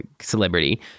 celebrity